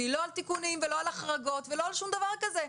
והיא לא על תיקונים ולא על החרגות ולא על שום דבר כזה.